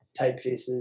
typefaces